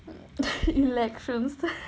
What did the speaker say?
elections